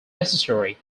necessary